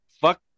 fuck